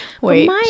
wait